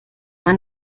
man